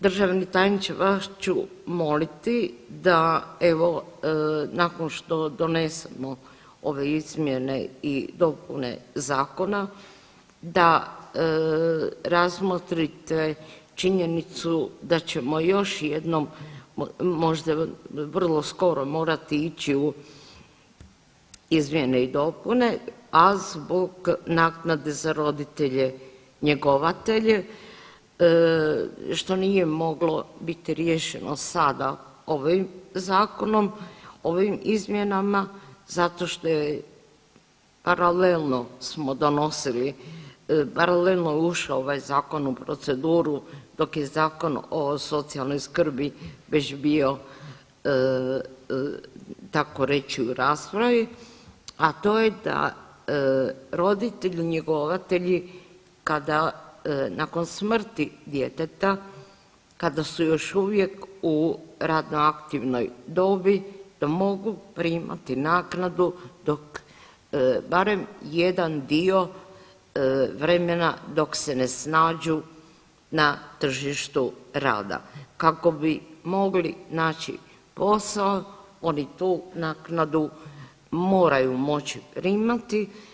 Državni tajniče, vas ću moliti da, evo, nakon što donesemo ove izmjene i dopune zakona da razmotrite činjenicu da ćemo još jednom, možda vrlo skoro morati ići u izmjene i dopune, a zbog naknade za roditelje njegovatelje, što nije moglo biti riješeno sada ovim Zakonom, ovim izmjenama zato što je paralelno smo donosili, paralelno je ušao ovaj Zakon u proceduru, dok je Zakon o socijalnoj skrbi već bio tako reći u raspravi, a to je da roditelj njegovatelji, kada, nakon smrti djeteta, kada su još uvijek u radno aktivnoj dobi, da mogu primati naknadu dok, barem jedan dio vremena, dok se ne snađu na tržištu rada, kako bi mogli naći posao, oni tu naknadu moraju moći primati.